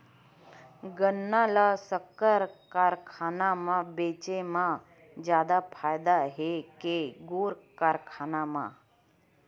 गन्ना ल शक्कर कारखाना म बेचे म जादा फ़ायदा हे के गुण कारखाना म?